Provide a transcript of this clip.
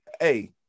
hey